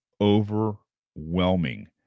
overwhelming